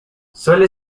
suele